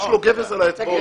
יש לו גבס על האצבעות.